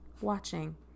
watching